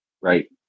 Right